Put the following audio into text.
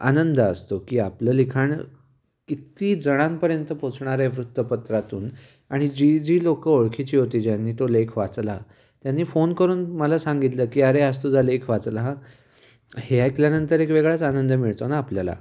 आनंद असतो की आपलं लिखाण कित्तीजणांपर्यंत पोचणार आहे वृत्तपत्रातून आणि जी जी लोकं ओळखीची होती ज्यांनी तो लेख वाचला त्यांनी फोन करून मला सांगितलं की अरे आज तुझा लेख वाचला हे ऐकल्यानंतर एक वेगळाच आनंद मिळतो ना आपल्याला